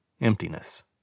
Emptiness